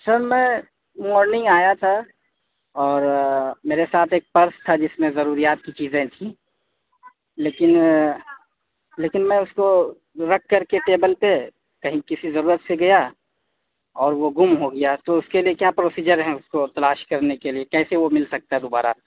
سر میں مورننگ آیا تھا اور میرے ساتھ ایک پرس تھا جس میں ضروریات کی چیزیں تھیں لیکن لیکن میں اس کو رکھ کر کے ٹیبل پہ کہیں کسی ضرورت سے گیا اور وہ گم ہو گیا تو اس کے لیے کیا پروسیجر ہے اس کو تلاش کرنے کے لیے کیسے وہ مل سکتا ہے دوبارہ